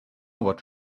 what